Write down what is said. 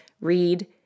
Read